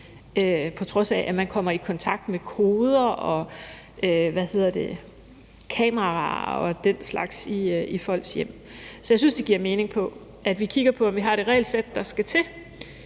på trods af at man kommer i kontakt med koder og kameraer og den slags i folks hjem. Så jeg synes, at det giver mening, at vi kigger på, at vi har det regelsæt, der skal til.